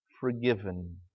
forgiven